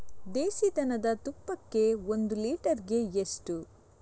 ದೇಸಿ ದನದ ತುಪ್ಪಕ್ಕೆ ಒಂದು ಲೀಟರ್ಗೆ ಎಷ್ಟು?